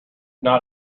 not